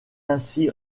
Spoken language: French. ainsi